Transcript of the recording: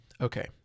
Okay